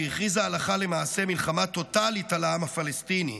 שהכריזה הלכה למעשה מלחמה טוטאלית על העם הפלסטיני,